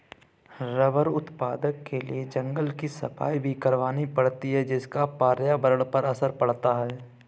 rubber उत्पादन के लिए जंगल की सफाई भी करवानी पड़ती है जिसका पर्यावरण पर असर पड़ता है